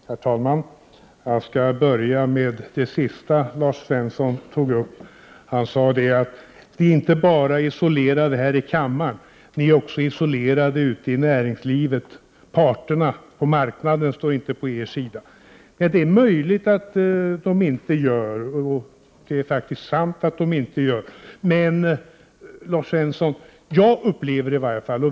Herr talman! Jag skall börja med det sista Lars Svensson tog upp. Han sade att moderaterna är isolerade inte bara här i kammaren utan också ute i näringslivet. Parterna på arbetsmarknaden står inte på er sida, sade han. Det är möjligt att de inte gör det. Det är nog faktiskt sant att de inte gör det.